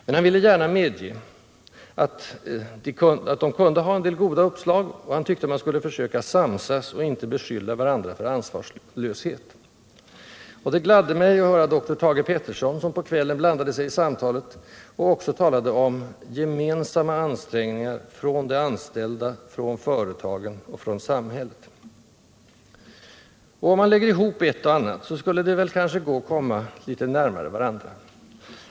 Men han ville gärna medge att de kunde ha en del goda uppslag och han tyckte att man skulle försöka samsas och inte beskylla varandra för ansvarslöshet. Och det gladde mig att höra doktor Thage Peterson, som på kvällen blandade sig i samtalet och också talade om ”gemensamma ansträngningar, från de anställda, från företagen, från samhället”. Om man lägger ihop ett och annat så skulle det väl kanske gå att komma litet närmare varandra.